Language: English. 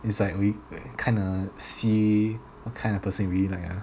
it's like we kinda see what kind of person he really like ah